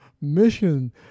mission